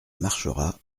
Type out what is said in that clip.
marchera